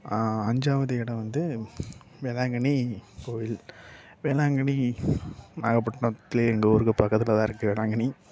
அஞ்சாவது இடம் வந்து வேளாங்கண்ணி கோயில் வேளாங்கண்ணி நாகப்பட்டினத்தில் எங்கள் ஊருக்கு பக்கத்தில்தான் இருக்குது வேளாங்கண்ணி